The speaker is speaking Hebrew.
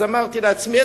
אז אמרתי לעצמי,